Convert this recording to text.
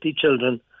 children